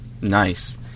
Nice